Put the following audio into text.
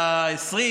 בטעות,